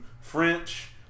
French